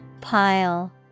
Pile